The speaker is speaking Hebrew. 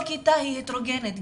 כל כיתה היא הטרוגנית,